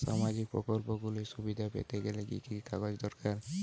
সামাজীক প্রকল্পগুলি সুবিধা পেতে গেলে কি কি কাগজ দরকার?